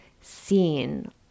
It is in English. seen